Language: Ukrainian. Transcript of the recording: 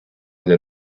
для